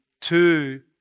two